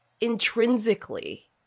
intrinsically